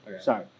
sorry